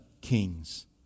kings